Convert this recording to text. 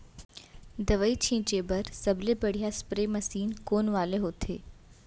दवई छिंचे बर सबले बढ़िया स्प्रे मशीन कोन वाले होथे?